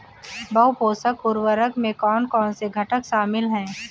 बहु पोषक उर्वरक में कौन कौन से घटक शामिल हैं?